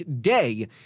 day